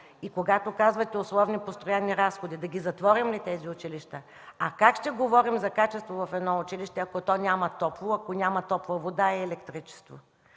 И когато казвате „условно постоянни разходи”, да затворим ли тези училища? Как ще говорим за качество в едно училище, ако то няма топло, ако няма топла вода и електричество?